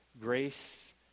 grace